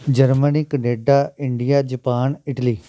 Germany Canada India Japan Italy